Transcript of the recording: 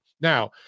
Now